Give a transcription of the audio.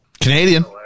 Canadian